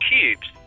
cubes